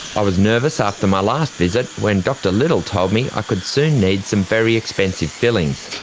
i was nervous after my last visit, when dr little told me i could soon need some very expensive fillings.